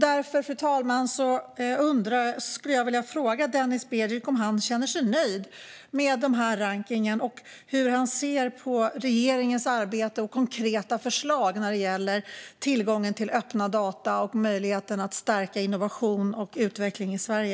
Därför, fru talman, skulle jag vilja fråga Denis Begic om han känner sig nöjd med rankningen och hur han ser på regeringens arbete och konkreta förslag när det gäller tillgången till öppna data och möjligheten att stärka innovation och utveckling i Sverige.